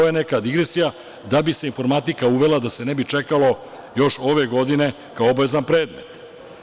To je neka digresija, da bi se informatika uvela, da se ne bi čekalo još ove godine kao obavezan predmet.